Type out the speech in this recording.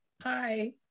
Hi